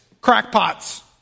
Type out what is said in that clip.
crackpots